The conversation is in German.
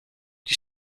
die